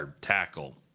tackle